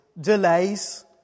delays